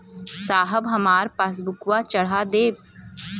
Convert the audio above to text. साहब हमार पासबुकवा चढ़ा देब?